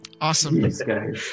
Awesome